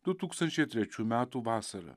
du tūkstančiai trečių metų vasarą